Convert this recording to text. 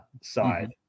side